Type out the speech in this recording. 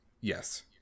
Yes